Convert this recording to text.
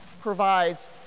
provides